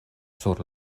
sur